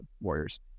Warriors